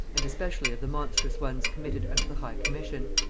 and especially of the monstrous ones committed under the high commission.